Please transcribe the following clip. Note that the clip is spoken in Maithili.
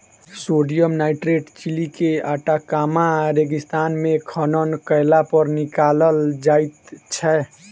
सोडियम नाइट्रेट चिली के आटाकामा रेगिस्तान मे खनन कयलापर निकालल जाइत छै